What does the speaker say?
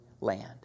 land